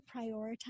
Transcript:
prioritize